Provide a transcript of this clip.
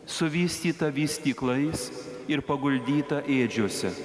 suvystytą vystyklais ir paguldytą ėdžiose